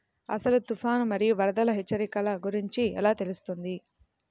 అసలు తుఫాను మరియు వరదల హెచ్చరికల గురించి ఎలా తెలుస్తుంది?